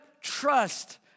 trust